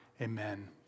amen